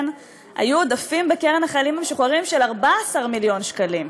היו עודפים בקרן החיילים המשוחררים של 14 מיליון שקלים.